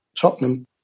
Tottenham